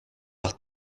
par